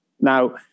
Now